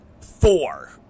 four